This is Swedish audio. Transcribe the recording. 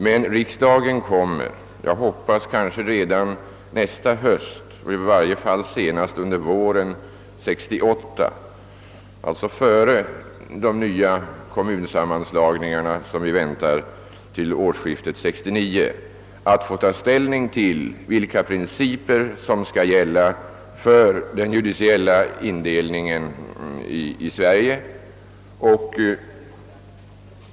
Men riksdagen kommer — jag hoppas redan nästa höst och i varje fall senast under våren 1968, alltså före de nya kommunsammanslagningar som vi väntar till årsskiftet 1968/1969 — att få ta ställning till vilka principer som skall gälla för den judiciella indelningen i Sverige.